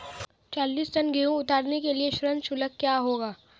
चालीस टन गेहूँ उतारने के लिए श्रम शुल्क क्या होगा?